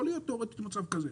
יכול להיות מצב כזה.